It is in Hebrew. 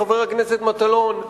חבר הכנסת מטלון,